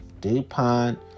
dupont